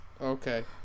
Okay